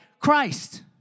Christ